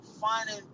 finding